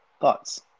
Thoughts